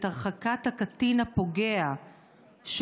את הרחקת הקטין הפוגע מן הנפגע,